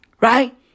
Right